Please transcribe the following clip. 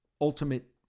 ultimate